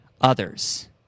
others